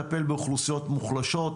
בטופס קצר מאוד,